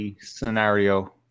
scenario